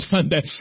Sunday